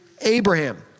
Abraham